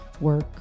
work